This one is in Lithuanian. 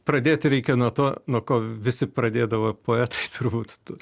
pradėti reikia nuo to nuo ko visi pradėdavo poetai turbūt